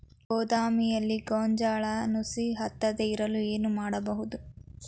ಗೋದಾಮಿನಲ್ಲಿ ಗೋಂಜಾಳ ನುಸಿ ಹತ್ತದೇ ಇರಲು ಏನು ಮಾಡುವುದು?